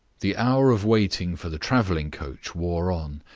the hour of waiting for the traveling-carriage wore on,